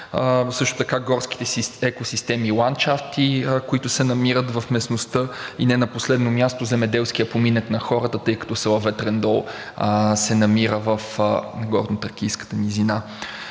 също така горските екосистеми и ландшафти, които се намират в местността, и не на последно място, земеделският поминък на хората, тъй като село Ветрен дол се намира в Горнотракийската низина.